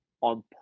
on